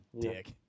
dick